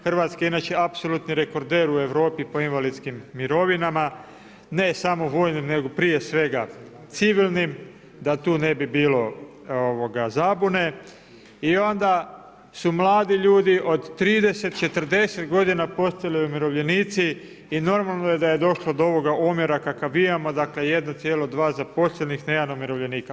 Hrvatska je inače apsolutni rekorder u Europi po invalidskim mirovinama, ne samo u vojnim nego prije svega u civilnim, da tu ne bi bilo zabune i onda su mladi ljudi od 30, 40 g. postali umirovljenici i normalno je da je došlo do ovoga omjera kakav imamo, dakle 1,2 zaposlenih na 1 umirovljenika.